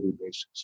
basis